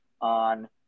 on